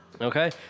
Okay